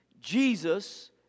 Jesus